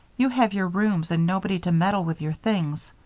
you have your rooms and nobody to meddle with your things.